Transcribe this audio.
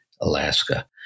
Alaska